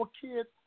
kids